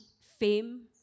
fame